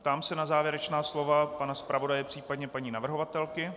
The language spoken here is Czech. Ptám se na závěrečná slova pana zpravodaje, případně paní navrhovatelky.